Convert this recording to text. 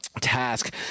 task